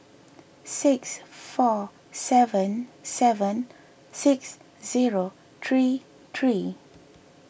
six four seven seven six zero three three